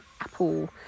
apple